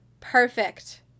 perfect